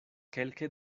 kelke